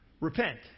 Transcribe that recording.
repent